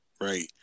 Right